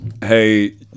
Hey